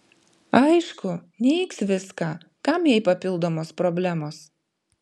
aišku neigs viską kam jai papildomos problemos